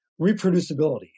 reproducibility